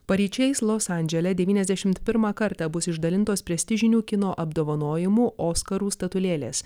paryčiais los andžele devyniasdešimt pirmą kartą bus išdalintos prestižinių kino apdovanojimų oskarų statulėlės